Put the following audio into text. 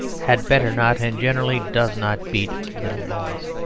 had better not, and generally does not, beat little boys.